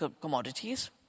commodities